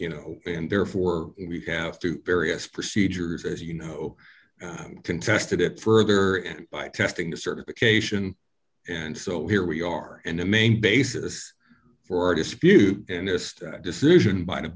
you know and therefore we have to various procedures as you know contested it further and by testing the certification and so here we are and the main basis for dispute and this decision by the